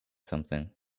something